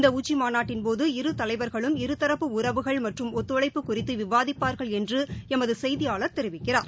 இந்தஉச்சிமாநாட்டின்போது இரு தலைவர்களும் இருதரப்பு உறவுகள் மற்றும் ஒத்துழைப்பு குறித்துவிவாதிப்பார்கள் என்றுஎமதுசெய்தியாளர் தெரிவிக்கிறார்